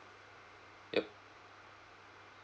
ya